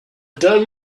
done